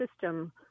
system